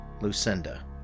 Lucinda